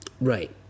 right